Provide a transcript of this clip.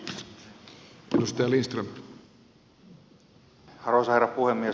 arvoisa herra puhemies